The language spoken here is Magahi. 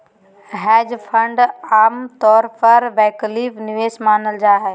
हेज फंड आमतौर पर वैकल्पिक निवेश मानल जा हय